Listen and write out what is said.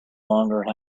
longer